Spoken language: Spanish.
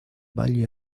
valle